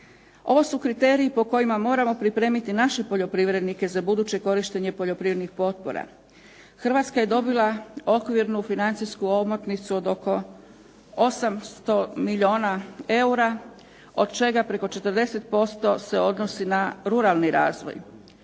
Ovo su kriteriji po kojima moramo pripremiti naše poljoprivrednike za buduće korištenje poljoprivrednih potpora. Hrvatska je dobila okvirnu financijsku omotnicu od oko 800 milijuna eura, od čega preko 40% se odnosi na ruralni razvoj.